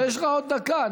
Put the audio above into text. יש לך עוד דקה.